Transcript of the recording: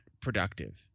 productive